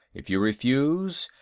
if you refuse,